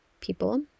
people